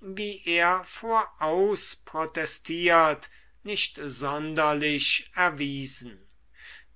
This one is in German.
wie er voraus protestiert nicht sonderlich erwiesen